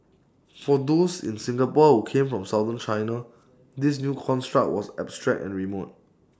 for those in Singapore who came from southern China this new construct was abstract and remote